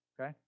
Okay